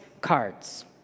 cards